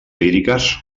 líriques